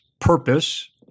purpose